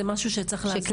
זה משהו שצריך להסדיר.